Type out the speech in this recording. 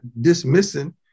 dismissing